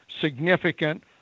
significant